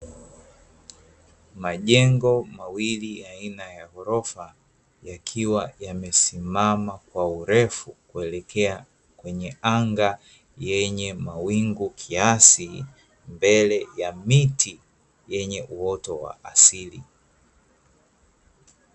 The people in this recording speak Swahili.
Majengo mawili ya aina ya gorofa, yakiwa yamesimama kwa urefu kuelekea kwenye anga yenye mawingu kiasi, mbele ya miti yenye uoto wa asili.